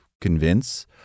convince